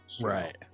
Right